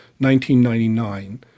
1999